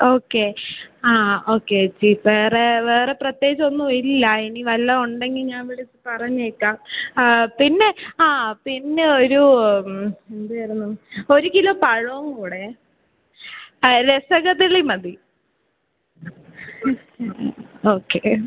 okay ആ okay ചേച്ചി വേറെ വേറെ പ്രത്യേകിച്ച് ഒന്നുവില്ല ഇനി വല്ലതും ഉണ്ടെങ്കിൽ ഞാൻ വിളിച്ച് പറഞ്ഞേക്കാം പിന്നെ ആ പിന്നെ ഒരു എന്തായിരുന്നു ഒരു കിലൊ പഴം കൂടെ ആ രസ കദളി മതി ഓക്കെ